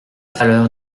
pâleur